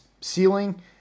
ceiling